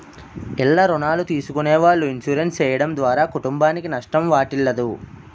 ఇల్ల రుణాలు తీసుకునే వాళ్ళు ఇన్సూరెన్స్ చేయడం ద్వారా కుటుంబానికి నష్టం వాటిల్లదు